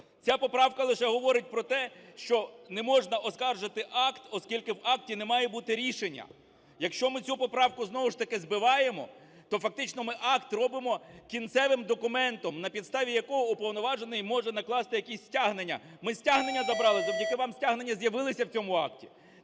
Ця поправка лише говорить про те, що не можна оскаржити акт, оскільки в акті не має бути рішення. Якщо ми цю поправку знову ж таки збиваємо, то фактично ми акт робимо кінцевим документом, на підставі якого уповноважений може накласти якісь стягнення. Ми стягнення забрали. Завдяки вам стягнення з'явилися в цьому акті.